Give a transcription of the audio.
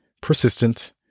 persistent